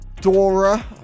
Dora